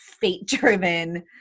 fate-driven